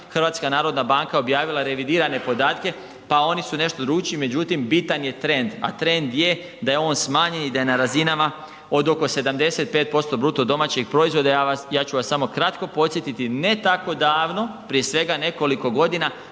još jedanput HNB objavila je revidirane podatke pa oni su nešto drugčiji, međutim bitan je trend, a trend je da je on smanjen i da je na razinama od oko 75% BDP-a i ja ću vas samo kratko podsjetiti, ne tako davno prije svega nekoliko godina